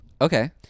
Okay